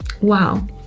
wow